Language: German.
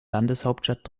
landeshauptstadt